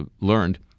learned